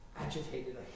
Agitated